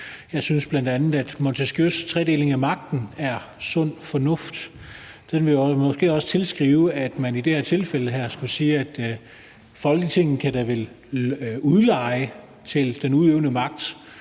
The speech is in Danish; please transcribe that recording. Jeg synes bl.a., at Montesquieus tredeling af magten er sund fornuft. Den vil måske også tilsige, at man i det her tilfælde skulle sige, at Folketinget da vel kan udleje til den udøvende magt,